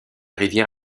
rivière